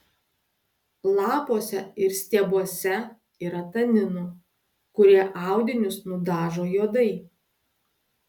lapuose ir stiebuose yra taninų kurie audinius nudažo juodai